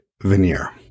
veneer